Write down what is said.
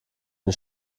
den